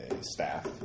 staff